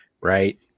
right